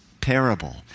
parable